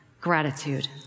gratitude